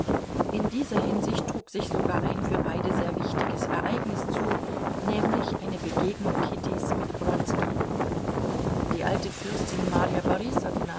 in dieser hinsicht trug sich sogar ein für beide sehr wichtiges ereignis zu nämlich eine begegnung kittys mit wronski die alte fürstin marja